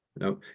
No